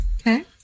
Okay